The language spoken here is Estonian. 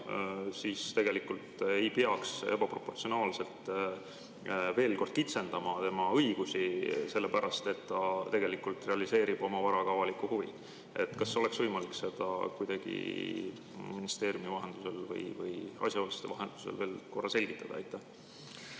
siis tegelikult ei peaks ebaproportsionaalselt veel kord kitsendama tema õigusi, sellepärast et ta tegelikult realiseerib oma varaga avalikku huvi. Kas oleks võimalik seda kuidagi ministeeriumi vahendusel või asjaosaliste vahendusel veel korra selgitada?